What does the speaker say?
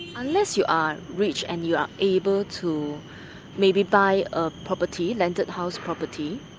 unless you are rich and you are able to maybe buy a property, landed house property,